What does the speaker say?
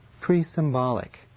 pre-symbolic